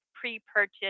pre-purchase